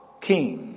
king